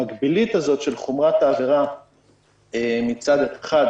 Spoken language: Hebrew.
במקבילית הזאת של חומרת העבירה מצד אחד,